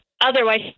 Otherwise